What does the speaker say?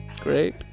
Great